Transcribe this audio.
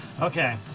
Okay